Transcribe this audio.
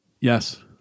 Yes